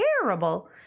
terrible